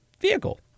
vehicle